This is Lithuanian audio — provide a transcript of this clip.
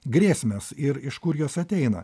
grėsmės ir iš kur jos ateina